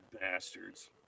Bastards